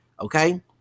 okay